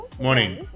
morning